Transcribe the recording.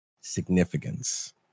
significance